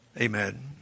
Amen